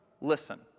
Listen